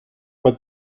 but